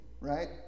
right